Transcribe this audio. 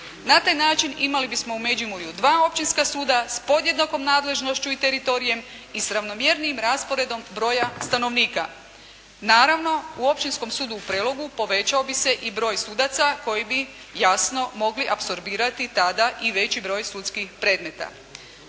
Na taj način imali bismo u Međimurju dva općinska suda s podjednakom nadležnošću i teritorijem i s ravnomjernijim rasporedom broja stanovnika. Naravno u Općinskom sudu u Prelogu povećao bi se i broj sudaca koji bi jasno mogli asporbirati tada i veći broj sudskih predmeta.